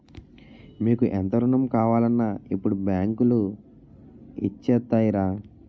మీకు ఎంత రుణం కావాలన్నా ఇప్పుడు బాంకులు ఇచ్చేత్తాయిరా